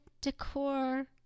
decor